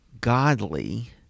godly